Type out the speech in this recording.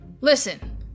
listen